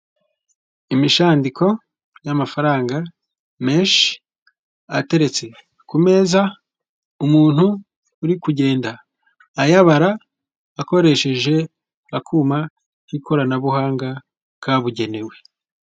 Imishandiko y'amafaranga menshi, ateretse ku meza, umuntu uri kugenda ayabara, akoresheje akuma k'ikoranabuhanga kabugenewe.